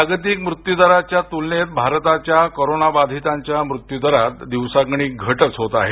जागतिक मृत्यूदराच्या तुलनेत भारताच्या कोरोना बाधितांच्या मृत्यूदरात दिवसागणिक घटच होत आहे